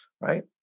right